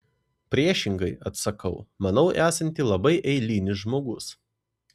priešingai atsakau manau esanti labai eilinis žmogus